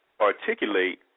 articulate